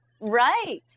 Right